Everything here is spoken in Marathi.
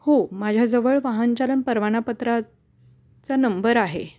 हो माझ्याजवळ वाहनचालन परवाना पत्राचा नंबर आहे